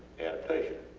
adaptation.